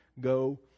Go